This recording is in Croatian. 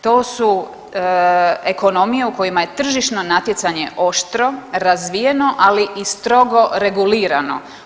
To su ekonomije u kojima je tržišno natjecanje oštro, razvijeno, ali i strogo regulirano.